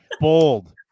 Bold